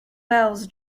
wells